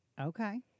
Okay